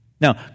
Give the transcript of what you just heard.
Now